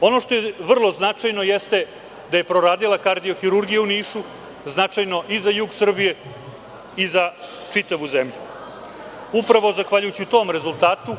Ono što je vrlo značajno, jeste da je proradila kardiohirurgija u Nišu, što je značajno i za jug Srbije i za čitavu zemlju. Upravo zahvaljujući tom rezultatu,